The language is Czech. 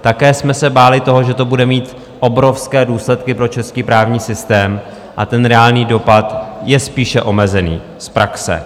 Také jsme se báli toho, že to bude mít obrovské důsledky pro český právní systém, a ten reálný dopad je spíše omezený z praxe.